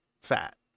fat